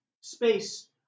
space